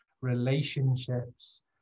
relationships